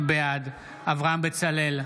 בעד אברהם בצלאל,